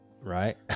Right